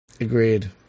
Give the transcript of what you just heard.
Agreed